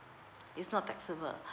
it's not taxable